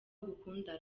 agukunda